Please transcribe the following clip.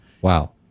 Wow